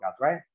Right